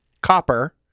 copper